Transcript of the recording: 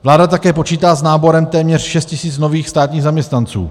Vláda také počítá s náborem téměř 6 tis. nových státních zaměstnanců.